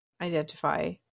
Identify